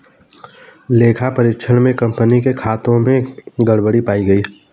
लेखा परीक्षण में कंपनी के खातों में गड़बड़ी पाई गई